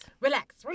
Relax